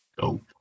dope